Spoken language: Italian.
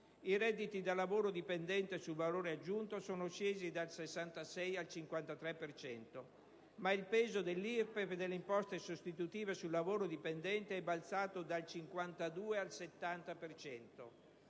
i redditi da lavoro dipendente sul valore aggiunto sono scesi dal 66 al 53 per cento, ma il peso dell'IRPEF e dell'imposta sostitutiva sul lavoro dipendente è balzato dal 52 al 70